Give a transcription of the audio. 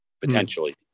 Potentially